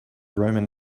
roman